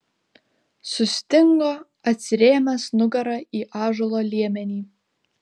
sustingo atsirėmęs nugara į ąžuolo liemenį